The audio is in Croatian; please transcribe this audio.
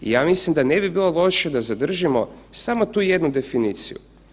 I ja mislim da ne bi bilo loše da zadržimo samo tu jednu definiciju.